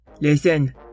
Listen